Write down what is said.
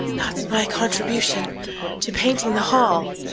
that's my contribution to painting the hall,